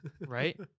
right